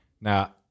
now